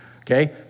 Okay